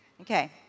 Okay